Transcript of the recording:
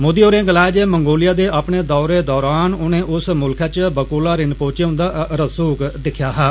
मोदी होरें गलाया जे मंगोलिया दे अपने दौरे दरान उनें उस मुल्खै च बकूला रिनपोचे हुंदा रसूक दिक्खेआ हा